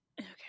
Okay